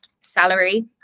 salary